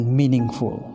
meaningful